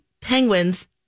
penguins